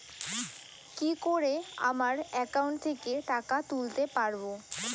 কি করে আমার একাউন্ট থেকে টাকা তুলতে পারব?